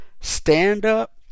stand-up